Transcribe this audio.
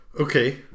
Okay